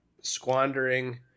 squandering